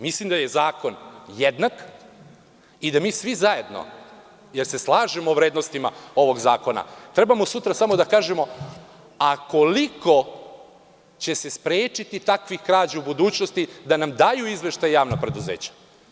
Mislim da je zakon jednak i da mi svi zajedno, jer se slažemo o vrednostima ovog zakona, treba sutra samo da kažemo – a koliko će se sprečiti takvih krađa u budućnosti da nam daju izveštaje javna preduzeća.